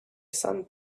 sun